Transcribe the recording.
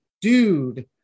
dude